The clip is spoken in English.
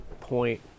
point